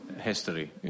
history